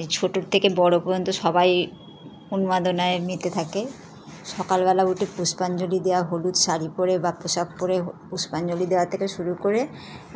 এ ছোটোর থেকে বড় পর্যন্ত সবাই এই উন্মাদনায় মেতে থাকে সকালবেলা উঠে পুষ্পাঞ্জলি দেওয়া হলুদ শাড়ি পরে বা পোশাক পরে হ পুষ্পাঞ্জলি দেওয়া থেকে শুরু করে